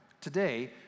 today